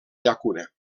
llacuna